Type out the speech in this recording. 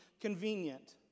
convenient